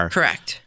Correct